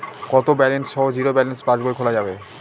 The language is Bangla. কত ব্যালেন্স সহ জিরো ব্যালেন্স পাসবই খোলা যাবে?